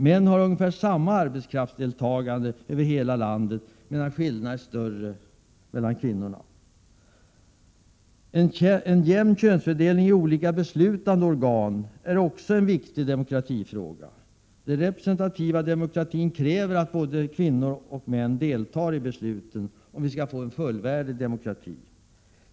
Män har ungefär samma arbetskraftsdeltagande över hela landet, medan skillnaderna är större mellan kvinnorna. En jämn könsfördelning i olika beslutande organ är också en viktig demokratifråga. Den representativa demokratin kräver att både kvinnor och män deltar i besluten, om vi skall få en fullvärdig demokrati.